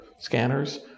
Scanners